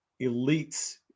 elites